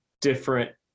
different